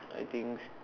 I think